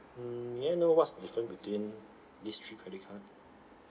mm may I know what's the difference between these three credit card